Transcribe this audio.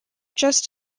just